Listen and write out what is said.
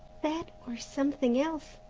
that or something else,